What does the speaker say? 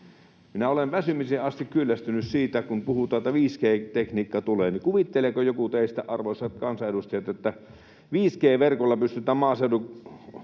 Minä olen väsymiseen asti kyllästynyt siihen, kun puhutaan, että 5G-tekniikka tulee. Kuvitteleeko joku teistä, arvoisat kansanedustajat, että 5G-verkolla pystytään maaseudun